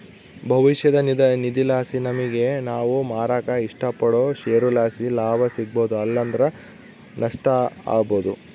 ಭವಿಷ್ಯದ ನಿಧಿಲಾಸಿ ನಮಿಗೆ ನಾವು ಮಾರಾಕ ಇಷ್ಟಪಡೋ ಷೇರುಲಾಸಿ ಲಾಭ ಸಿಗ್ಬೋದು ಇಲ್ಲಂದ್ರ ನಷ್ಟ ಆಬೋದು